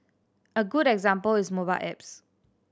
a good example is mobile apps